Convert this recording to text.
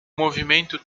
movimento